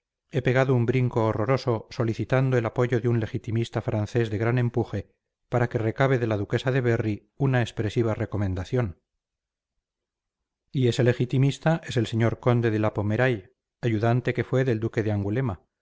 he pegado un brinco horroroso solicitando el apoyo de un legitimista francés de gran empuje para que recabe de la duquesa de berry una expresiva recomendación y ese legitimista es el señor conde de la pommeraye ayudante que fue del duque de angulema ha